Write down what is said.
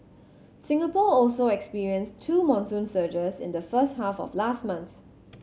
Singapore also experienced two monsoon surges in the first half of last month